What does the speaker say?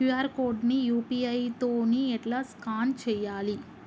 QR code ని UPI తోని ఎట్లా స్కాన్ చేయాలి?